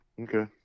Okay